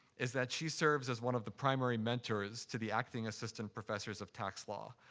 is that she serves as one of the primary mentors to the acting assistant professors of tax law.